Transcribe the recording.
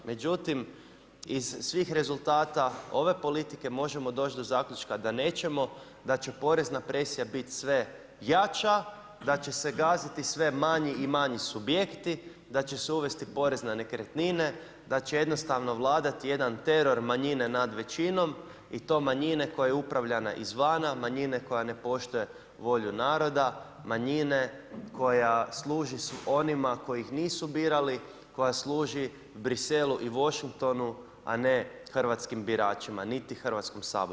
Međutim, iz svih rezultata ove politike, možemo doći do zaključka, da nećemo, da će porezna presija biti sve jača, da će se gaziti sve manji i manji subjekti, da će se uvesti porez na nekretnine, da će jednostavno vladati jedan teror manjine nad većinom i to manjine koje upravljana iz vana, manjine koja ne poštuje volju naroda, manjine koja služi onima kojih nisu birali, koja služi Bruxellesu i Washingtonu a ne hrvatskim biračima, niti Hrvatskom saboru.